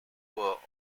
were